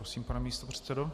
Prosím, pane místopředsedo.